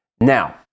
Now